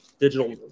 digital